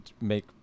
make